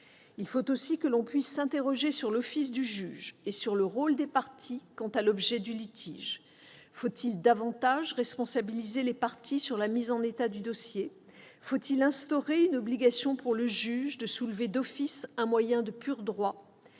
Il faut aussi que l'on puisse s'interroger sur l'office du juge et le rôle des parties quant à l'objet du litige : faut-il davantage responsabiliser les parties sur la mise en état du dossier ? Faut-il instaurer une obligation pour le juge de soulever d'office un moyen de pur droit ?